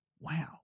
Wow